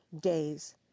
days